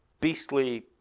beastly